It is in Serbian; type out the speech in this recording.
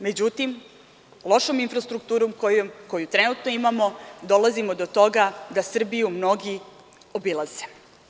Međutim, lošom infrastrukturom koju trenutno imamo dolazimo do toga da Srbiju mnogi obilaze.